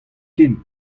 ken